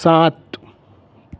સાત